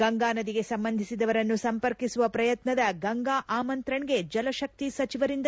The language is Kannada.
ಗಂಗಾನದಿಗೆ ಸಂಬಂಧಿಸಿದವರನ್ನು ಸಂಪರ್ಕಿಸುವ ಪ್ರಯತ್ನದ ಗಂಗಾ ಆಮಂತ್ರಣ್ಗೆ ಜಲಶಕ್ತಿ ಸಚಿವರಿಂದ